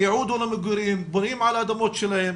הייעוד הוא למגורים, בונים על אדמות שלהם,